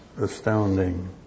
astounding